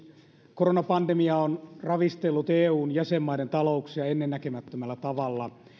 koronapandemia on ravistellut eun jäsenmaiden talouksia ennennäkemättömällä tavalla